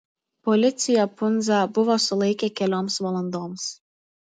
policija pundzą buvo sulaikę kelioms valandoms